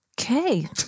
Okay